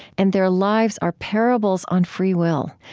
and their lives are parables on free will.